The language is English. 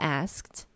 asked